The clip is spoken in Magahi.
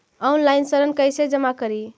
ऑनलाइन ऋण कैसे जमा करी?